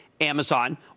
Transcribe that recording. Amazon